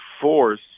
force